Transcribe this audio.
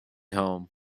home